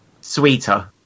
Sweeter